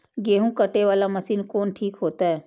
गेहूं कटे वाला मशीन कोन ठीक होते?